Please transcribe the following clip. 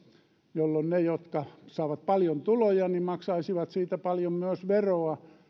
jolloin ne jotka saavat paljon tuloja maksaisivat siitä paljon myös veroa